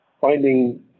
finding